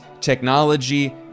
technology